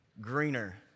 greener